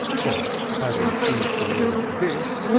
for, having achieved the word dick,